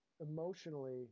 emotionally